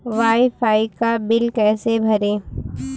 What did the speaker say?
Wi fi का bill कैसे भरें?